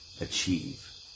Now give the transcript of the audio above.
achieve